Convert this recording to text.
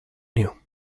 knew